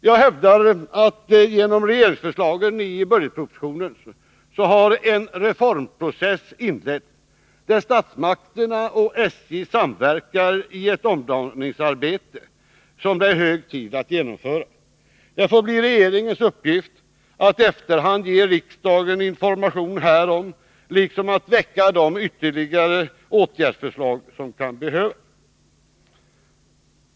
Jag hävdar att genom regeringsförslagen i budgetpropositionen har en reformprocess inletts, där statsmakterna och SJ samverkar i ett omdaningsarbete som det är hög tid att genomföra. Det får bli regeringens uppgift att i efterhand ge riksdagen information härom liksom att väcka de ytterligare åtgärdsförslag som kan behövas.